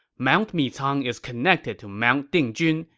mount micang is connected to mount dingjun,